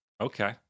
Okay